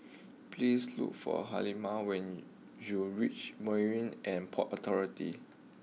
please look for Hilma when you reach Marine and Port Authority